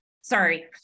Sorry